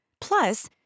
Plus